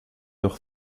leur